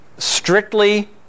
Strictly